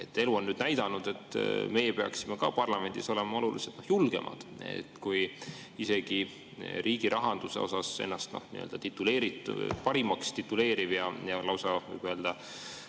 Elu on näidanud, et me peaksime ka parlamendis olema oluliselt julgemad. Kui isegi riigi rahanduses ennast parimaks tituleeriv ja lausa võib öelda,